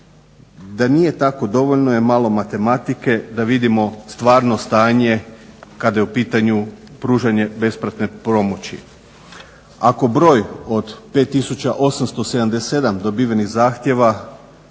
Da nije tako dovoljno je malo matematike da vidimo stvarno stanje kada je u pitanju pružanje besplatne pomoći. Ako broj od 5877 odobrenih zahtjeva